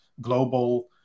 global